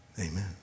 Amen